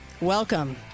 Welcome